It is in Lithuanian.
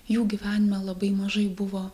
jų gyvenime labai mažai buvo